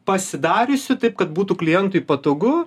pasidariusi taip kad būtų klientui patogu